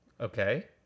Okay